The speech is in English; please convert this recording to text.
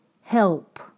help